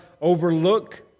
overlook